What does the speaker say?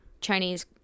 chinese